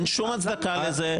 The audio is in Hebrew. אין שום הצדקה לזה.